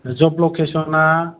जोब लकेसना